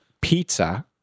pizza